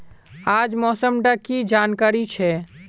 आज मौसम डा की जानकारी छै?